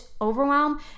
overwhelm